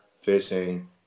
fishing